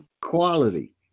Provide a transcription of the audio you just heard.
Quality